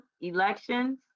elections